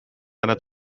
einer